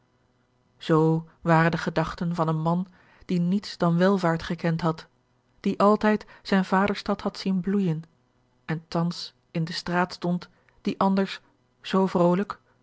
zoo waren de gedachten van een man die niets dan welvaart gekend had die altijd zijne vaderstad had zien bloeijen en thans in de straat stond die anders zoo vrolijk